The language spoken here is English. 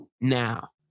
now